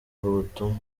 ubutumwa